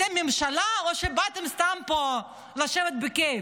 אתם ממשלה או שבאתם סתם לשבת פה בכיף?